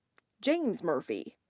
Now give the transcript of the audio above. james murphy.